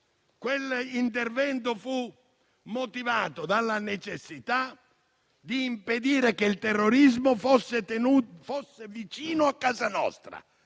Quell'intervento fu motivato dalla necessità di impedire che il terrorismo fosse vicino a casa nostra;